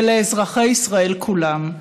ולאזרחי ישראל כולם.